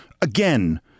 Again